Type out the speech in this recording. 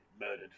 murdered